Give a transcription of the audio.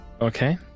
Okay